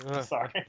Sorry